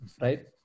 Right